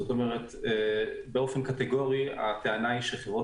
כלומר באופן קטגורי הטענה היא שחברות